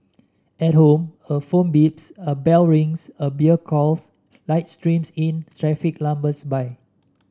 at home a phone beeps a bell rings a beer calls light streams in traffic lumbers by